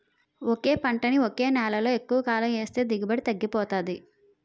ఒకే పంటని ఒకే నేలలో ఎక్కువకాలం ఏస్తే దిగుబడి తగ్గిపోతాది